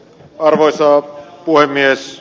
arvoisa puhemies